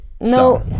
No